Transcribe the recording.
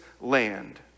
land